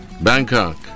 Bangkok